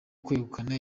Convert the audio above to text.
kwegukana